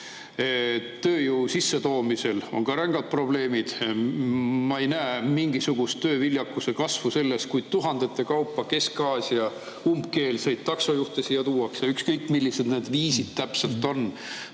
Tööjõu sissetoomisega on ka seotud rängad probleemid. Ma ei näe mingisugust tööviljakuse kasvu selles, kui tuhandete kaupa siia Kesk-Aasia umbkeelseid taksojuhte tuuakse, ükskõik millised need viisid täpselt on.